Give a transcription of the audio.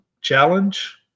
Challenge